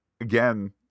again